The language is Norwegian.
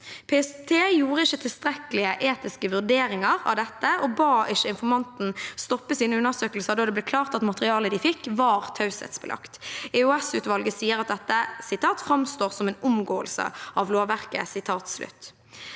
PST gjorde ikke tilstrekkelige etiske vurderinger av dette og ba ikke informanten stoppe sine undersøkelser da det ble klart at materialet de fikk, var taushetsbelagt. EOS-utvalget sier at dette framstår som en «omgåelse av lovverket».